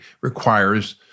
requires